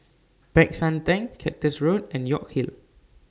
Peck San Theng Cactus Road and York Hill